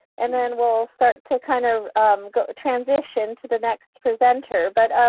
and then we'll start to kind of transition to the next presenter, but